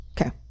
okay